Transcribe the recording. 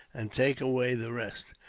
and take away the rest.